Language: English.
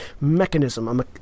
mechanism